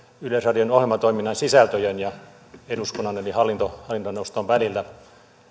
yleisradion ohjelmatoiminnan sisältöjen ja eduskunnan eli hallintoneuvoston välillä